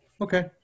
Okay